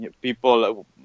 people